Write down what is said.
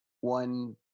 one